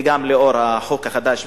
וגם לאור החוק החדש,